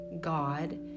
God